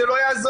זה לא יעזור,